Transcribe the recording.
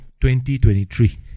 2023